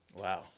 wow